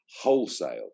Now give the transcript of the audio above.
wholesale